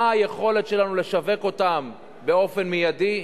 מה היכולת שלנו לשווק אותן באופן מיידי?